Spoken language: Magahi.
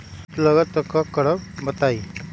कीट लगत त क करब बताई?